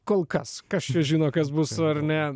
kol kas kas čia žino kas bus ar ne